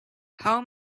how